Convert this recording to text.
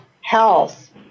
health